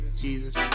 Jesus